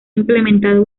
implementado